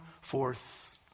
forth